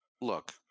look